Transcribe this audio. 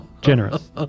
generous